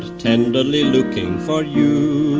tenderly looking for you.